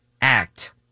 act